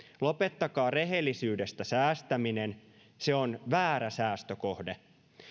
lopettakaa rehellisyydestä säästäminen se on väärä säästökohde